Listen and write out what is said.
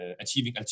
achieving